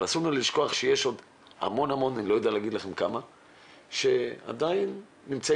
אבל אסור לשכוח שיש עוד המון - ואני לא יודע לומר כמה - שעדיין נמצאים